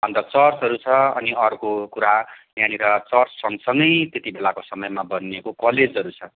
अन्त चर्चहरू छ अनि अर्को कुरा यहाँनिर चर्च सँगसँगै त्यति बेलाको समयमा बनिएको कलेजहरू छ